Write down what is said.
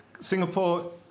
Singapore